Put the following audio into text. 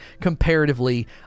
comparatively